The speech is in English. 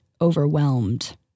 Overwhelmed